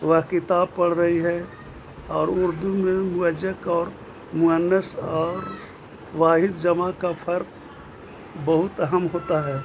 وہ کتاب پڑھ رہی ہے اور اردو میں مذکر اور مؤنث اور واحد جمع کا فرق بہت اہم ہوتا ہے